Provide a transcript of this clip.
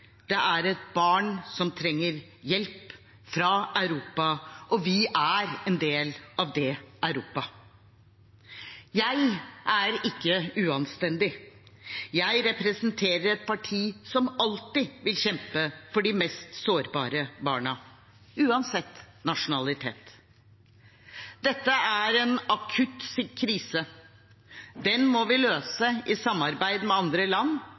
Det er et barn som trenger hjelp fra Europa, og vi er en del av det Europa. Jeg er ikke uanstendig. Jeg representerer et parti som alltid vil kjempe for de mest sårbare barna, uansett nasjonalitet. Dette er en akutt krise. Den må vi løse i samarbeid med andre land,